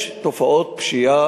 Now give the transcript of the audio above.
יש תופעות פשיעה,